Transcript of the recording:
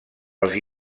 els